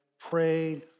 Prayed